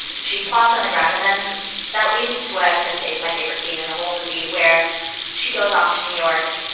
she's plopped on the ground. and then that leads to what i was going to say is my favorite scene in the whole movie where she goes off to new york.